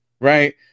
right